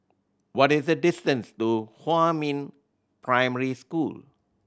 what is the distance to Huamin Primary School